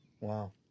Wow